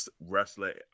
wrestler